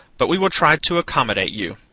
but we will try to accommodate you.